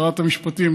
שרת המשפטים,